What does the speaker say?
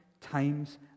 times